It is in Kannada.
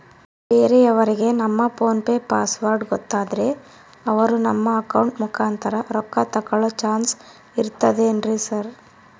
ಬೇರೆಯವರಿಗೆ ನಮ್ಮ ಫೋನ್ ಪೆ ಪಾಸ್ವರ್ಡ್ ಗೊತ್ತಾದ್ರೆ ಅವರು ನಮ್ಮ ಅಕೌಂಟ್ ಮುಖಾಂತರ ರೊಕ್ಕ ತಕ್ಕೊಳ್ಳೋ ಚಾನ್ಸ್ ಇರ್ತದೆನ್ರಿ ಸರ್?